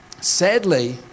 sadly